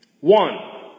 One